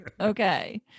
okay